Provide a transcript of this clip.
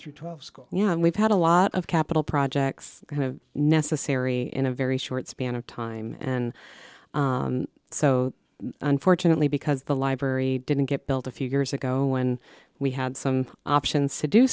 through twelve school we've had a lot of capital projects necessary in a very short span of time and so unfortunately because the library didn't get built a few years ago when we had some options to do